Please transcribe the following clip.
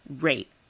rate